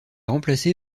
remplacé